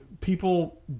People